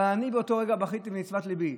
אבל אני באותו רגע בכיתי, כי נצבט ליבי.